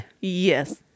Yes